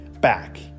back